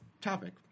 topic